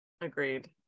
Agreed